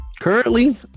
Currently